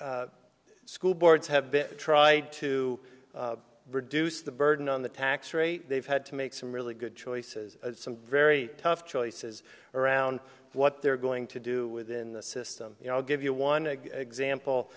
as school boards have been try to reduce the burden on the tax rate they've had to make some really good choices some very tough choices around what they're going to do within the system you know i'll give you one example